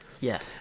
Yes